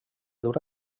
dur